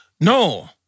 No